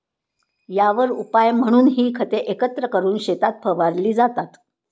यावर उपाय म्हणून ही खते एकत्र करून शेतात फवारली जातात